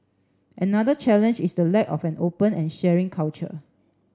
another challenge is the lack of an open and sharing culture